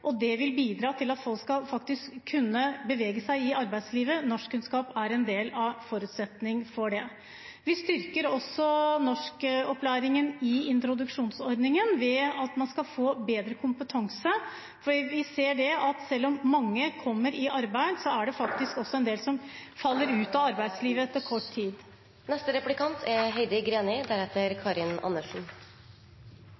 og det vil bidra til at folk faktisk kan bevege seg i arbeidslivet. Norskkunnskaper er en av forutsetningene for det. Vi styrker også norskopplæringen i introduksjonsordningen ved at man skal få bedre kompetanse, for vi ser at selv om mange kommer i arbeid, er det faktisk en del som faller ut av arbeidslivet etter kort tid. Det er